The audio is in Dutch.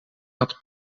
had